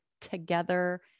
together